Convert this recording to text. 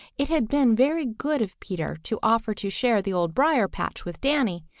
it had been very good of peter to offer to share the old briar-patch with danny,